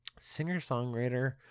singer-songwriter